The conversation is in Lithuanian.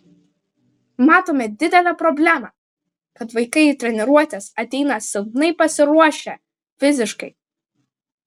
matome didelę problemą kad vaikai į treniruotes ateina silpnai pasiruošę fiziškai